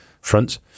front